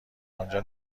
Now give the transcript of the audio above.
آنجا